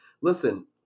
Listen